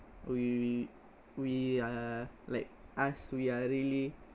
we we are like us we are really